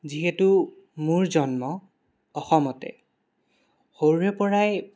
যিহেতু মোৰ জন্ম অসমতে সৰুৰে পৰাই